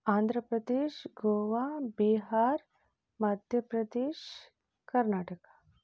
Andhra Pradesh Goa Bihar Madhya Pradesh Karnataka